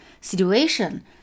situation